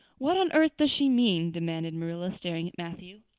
what on earth does she mean? demanded marilla, staring at matthew.